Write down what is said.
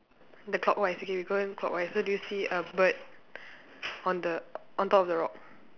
the clockwise okay we going clockwise so do you see a bird on the on top of the rock